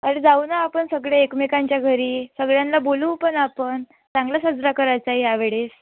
अरे जाऊ ना आपण सगळे एकमेकांच्या घरी सगळ्यांना बोलवू पण आपण चांगला साजरा करायचा आहे या वेळेस